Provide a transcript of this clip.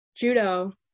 judo